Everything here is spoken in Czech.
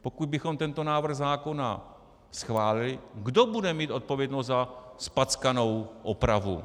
Pokud bychom tento návrh zákona schválili, kdo bude mít odpovědnost za zpackanou opravu?